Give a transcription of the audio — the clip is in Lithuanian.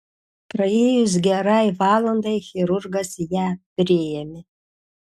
praėjus gerai valandai chirurgas ją priėmė